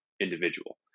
individual